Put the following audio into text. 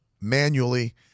manually